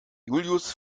julius